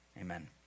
amen